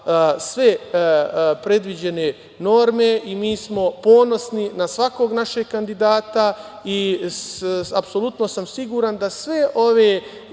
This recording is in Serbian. sve predviđene norme. Mi smo ponosni na svakog našeg kandidata i apsolutno sam siguran da sve ove